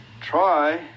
try